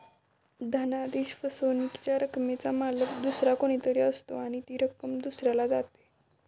धनादेश फसवणुकीच्या रकमेचा मालक दुसरा कोणी तरी असतो आणि ती रक्कम दुसऱ्याला जाते